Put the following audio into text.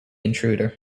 intruder